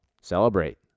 celebrate